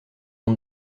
ont